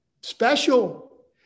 special